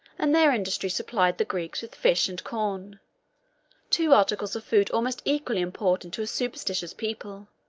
and their industry supplied the greeks with fish and corn two articles of food almost equally important to a superstitious people.